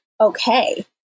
okay